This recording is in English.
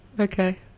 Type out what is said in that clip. Okay